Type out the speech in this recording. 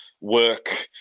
work